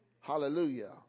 Hallelujah